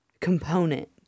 component